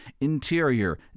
interior